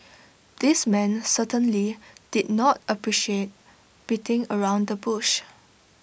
the man certainly did not appreciate beating around the bush